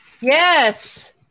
Yes